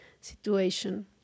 situation